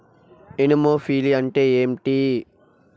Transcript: Anemophily అంటే ఏంటి?